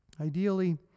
Ideally